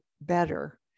better